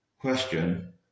question